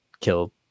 kill